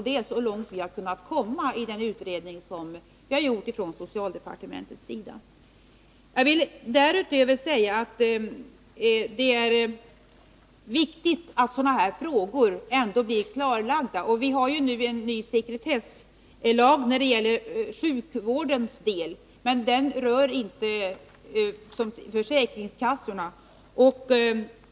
Det är så långt vi har kunnat komma i den utredning vi har gjort på socialdepartementet. Jag vill dessutom säga att det är viktigt att sådana här frågor blir klarlagda. Vi har ju nu en ny sekretesslag för sjukvårdens del, men den rör inte försäkringskassorna.